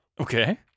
Okay